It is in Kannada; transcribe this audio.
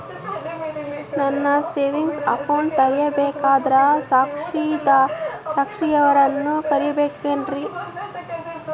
ನಾನು ಸೇವಿಂಗ್ ಅಕೌಂಟ್ ತೆಗಿಬೇಕಂದರ ಸಾಕ್ಷಿಯವರನ್ನು ಕರಿಬೇಕಿನ್ರಿ?